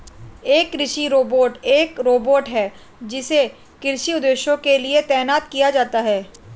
एक कृषि रोबोट एक रोबोट है जिसे कृषि उद्देश्यों के लिए तैनात किया जाता है